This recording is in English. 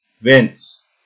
Vince